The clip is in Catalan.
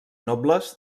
nobles